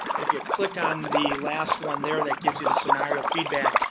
and if you click on the last one there, that gives you the scenario feedback.